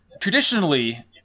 traditionally